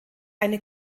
eine